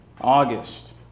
August